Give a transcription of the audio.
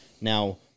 Now